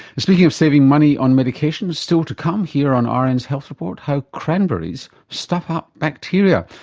and speaking of saving money on medications, still to come here on ah rn's health report, how cranberries stuff up bacteria.